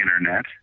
internet